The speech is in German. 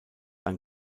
ein